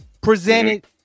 presented